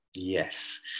Yes